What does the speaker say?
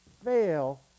Fail